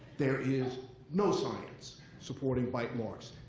there is no science supporting bite marks.